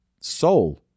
soul